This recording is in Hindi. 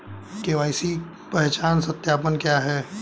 के.वाई.सी पहचान सत्यापन क्या है?